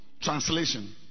translation